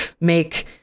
make